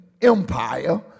empire